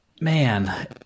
man